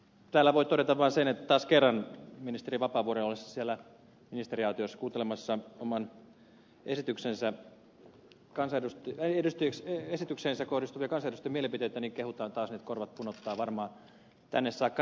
täällä voi todeta vain sen että taas kerran ministeri vapaavuoren ollessa siellä ministeriaitiossa kuuntelemassa omaan esitykseensä kohdistuvia kansanedustajien mielipiteitä häntä kehutaan niin että korvat punottavat varmaan tänne saakka näkyy